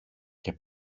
και